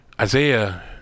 Isaiah